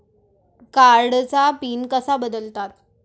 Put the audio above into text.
कार्डचा पिन कसा बदलतात?